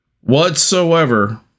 whatsoever